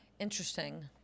Interesting